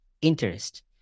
interest